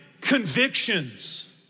convictions